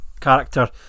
character